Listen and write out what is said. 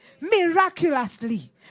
miraculously